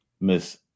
Miss